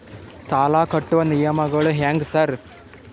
ಸಾಲ ಕಟ್ಟುವ ನಿಯಮಗಳು ಹ್ಯಾಂಗ್ ಸಾರ್?